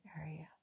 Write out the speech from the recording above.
area